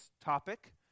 topic